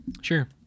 Sure